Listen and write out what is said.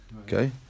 Okay